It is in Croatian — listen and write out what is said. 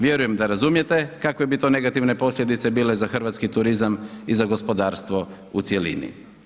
Vjerujem da razumijete kakve bi to negativne posljedice bile za hrvatski turizam i za gospodarstvo u cjelini.